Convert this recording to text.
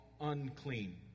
unclean